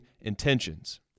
intentions